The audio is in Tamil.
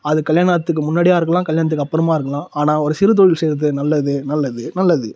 அது கல்யாணம் ஆகறதுக்கு முன்னாடியாக இருக்கலாம் கல்யாணத்துக்கு அப்பறமாக இருக்கலாம் ஆனால் ஒரு சிறு தொழில் செய்யறது நல்லது நல்லது நல்லது